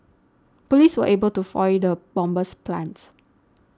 police were able to foil the bomber's plans